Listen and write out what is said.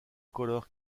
color